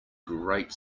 great